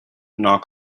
knock